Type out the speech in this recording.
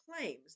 claims